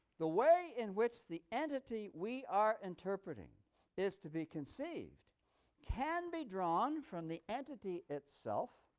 the way in which the entity we are interpreting is to be conceived can be drawn from the entity itself,